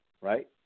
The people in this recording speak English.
right